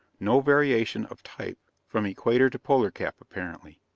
no variation of type from equator to polar cap, apparently.